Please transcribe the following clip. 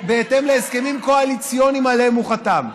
בהתאם להסכמים הקואליציוניים שעליהם הוא חתם,